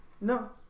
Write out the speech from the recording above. No